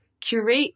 curate